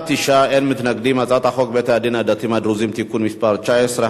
חוק בתי-הדין הדתיים הדרוזיים (תיקון מס' 19),